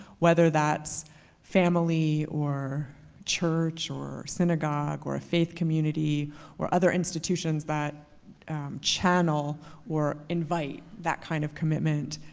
whether that's family or church or synagogue or a faith community or other institutions that channel or invite that kind of commitment.